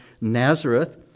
Nazareth